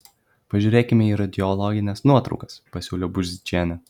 pažiūrėkime į radiologines nuotraukas pasiūlė burzdžienė